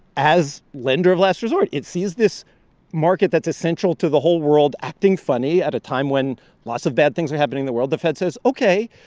as lender of last resort, it sees this market that's essential to the whole world acting funny at a time when lots of bad things are happening in the world. the fed says, ok.